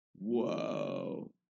Whoa